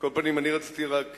על כל פנים, רציתי רק